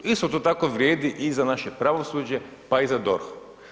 Isto to tako vrijedi i za naše pravosuđe pa i za DORH.